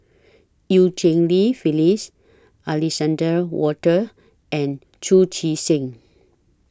EU Cheng Li Phyllis Alexander Wolters and Chu Chee Seng